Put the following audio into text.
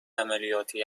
عملیاتی